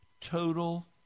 total